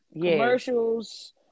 commercials